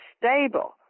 stable